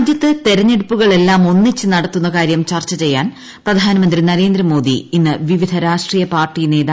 രാജ്യത്ത് തിരഞ്ഞെടുപ്പുകളെല്ലാം ഒന്നിച്ചു നടത്തുന്ന കാര്യം ചർച്ച ചെയ്യാൻ പ്രധാനമന്ത്രി നരേന്ദ്രമോദി ഇന്ന് വിവിധ രാഷ്ട്രീയ പാർട്ടി നേതാക്കളുമായും ചർച്ച നടത്തും